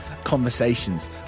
conversations